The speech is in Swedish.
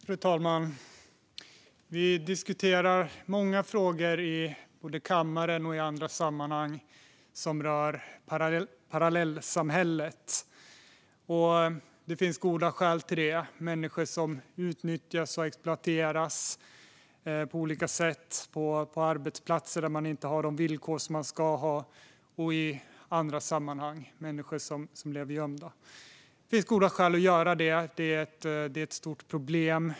Fru talman! Vi diskuterar många frågor både i kammaren och i andra sammanhang som rör parallellsamhället. Det finns goda skäl till det. Det handlar om människor som utnyttjas och exploateras på olika sätt på arbetsplatser där man inte har de villkor som man ska ha och i andra sammanhang. Det handlar om människor som lever gömda. Det finns alltså goda skäl att diskutera detta, för det är ett stort problem.